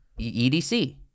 EDC